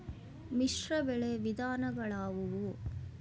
ಮಿಶ್ರಬೆಳೆ ವಿಧಗಳಾವುವು?